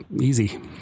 easy